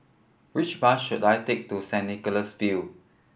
which bus should I take to Saint Nicholas View